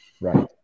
Right